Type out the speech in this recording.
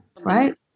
right